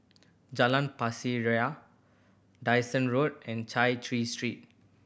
Jalan Pasir Ria Dyson Road and Chai Chee Street